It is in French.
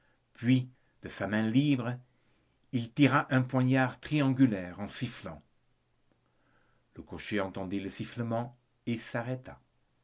puis de sa main libre il tira un poignard triangulaire en sifflant le cocher entendit le sifflement et s'arrêta